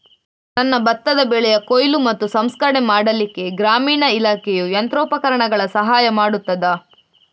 ನನ್ನ ಭತ್ತದ ಬೆಳೆಯ ಕೊಯ್ಲು ಮತ್ತು ಸಂಸ್ಕರಣೆ ಮಾಡಲಿಕ್ಕೆ ಗ್ರಾಮೀಣ ಇಲಾಖೆಯು ಯಂತ್ರೋಪಕರಣಗಳ ಸಹಾಯ ಮಾಡುತ್ತದಾ?